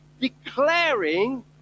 declaring